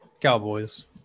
Cowboys